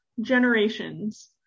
generations